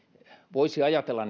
voisi ajatella